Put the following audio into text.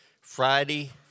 Friday